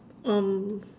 um